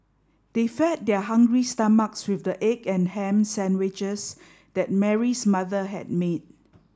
they fed their hungry stomachs with the egg and ham sandwiches that Mary's mother had made